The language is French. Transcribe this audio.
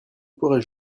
pourrais